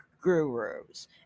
gurus